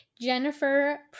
Jennifer